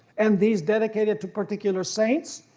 and these dedicated to particular saints,